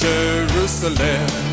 Jerusalem